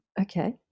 Okay